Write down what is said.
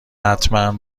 حتمن